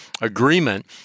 agreement